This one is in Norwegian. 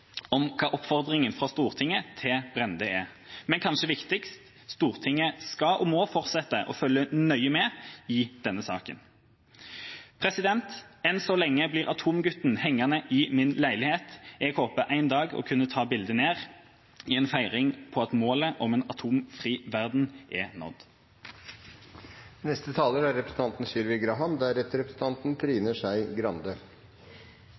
om hva oppfordringen fra Stortinget til Brende er. Men kanskje viktigst: Stortinget skal og må fortsette å følge nøye med i denne saken. Enn så lenge blir «Atomgutten» hengende i min leilighet. Jeg håper en dag å kunne ta bildet ned i en feiring av at målet om en atomfri verden er